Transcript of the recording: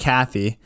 Kathy